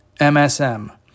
MSM